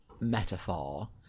metaphor